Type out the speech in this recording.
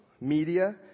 media